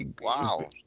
Wow